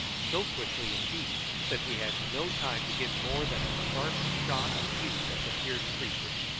so quickly, indeed, that we had no time to get more than a sharp shot apiece at the fierce creature.